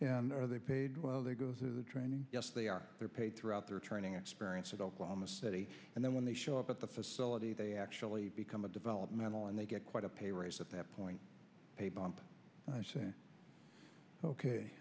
and they paid well they go through the training yes they are they're paid throughout their training experience at oklahoma city and then when they show up at the facility they actually become a developmental and they get quite a pay raise at that point